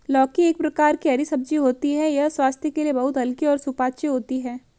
लौकी एक प्रकार की हरी सब्जी होती है यह स्वास्थ्य के लिए बहुत हल्की और सुपाच्य होती है